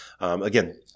again